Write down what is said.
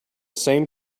same